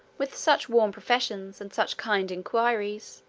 with such warm professions, and such kind inquiries,